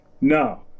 No